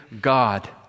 God